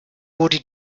wurde